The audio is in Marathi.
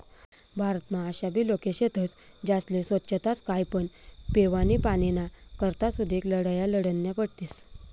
भारतमा आशाबी लोके शेतस ज्यास्ले सोच्छताच काय पण पेवानी पाणीना करता सुदीक लढाया लढन्या पडतीस